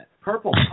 Purple